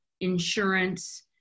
insurance